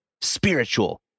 spiritual